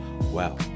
Wow